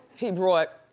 he brought